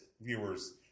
viewers